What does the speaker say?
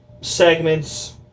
segments